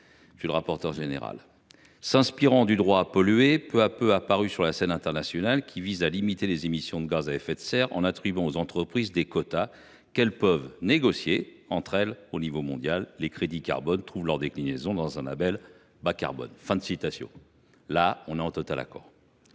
ce sujet :« S’inspirant du “droit à polluer”, peu à peu apparu sur la scène internationale, qui vise à limiter les émissions de gaz à effet de serre en attribuant aux entreprises des quotas qu’elles peuvent négocier entre elles au niveau mondial, les crédits carbone trouvent leur déclinaison dans un label bas carbone. » Jusque là, nous sommes totalement d’accord.